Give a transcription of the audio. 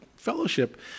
fellowship